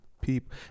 people